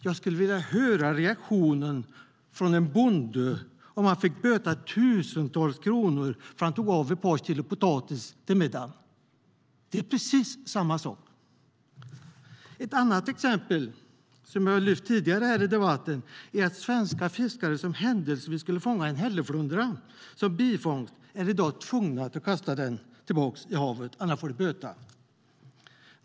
Jag skulle vilja höra reaktionen från en bonde om han fick böta tusentals kronor för att han tog ett par kilo potatis till middagen. Det är precis samma sak. Ett annat exempel som jag har lyft fram tidigare i debatten är att svenska fiskare som händelsevis skulle fånga en hälleflundra som bifångst i dag är tvungna att kasta tillbaka den i havet. Annars får de böta.